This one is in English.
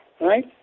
right